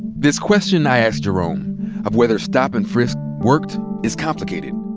this question i asked jerome of whether stop and frisk worked is complicated.